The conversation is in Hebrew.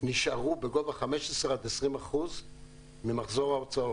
נשארו בגובה 15% עד 20% ממחזור ההוצאות.